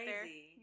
crazy